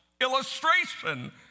illustration